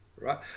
right